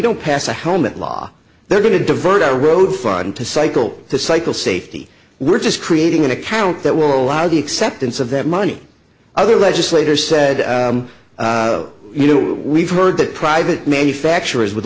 don't pass a helmet law they're going to divert our road far into cycle to cycle safety we're just creating an account that will allow the acceptance of that money other legislators said you know we've heard that private manufacturers would